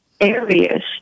areas